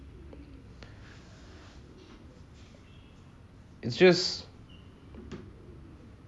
it's just